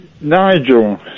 Nigel